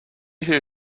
who